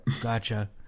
Gotcha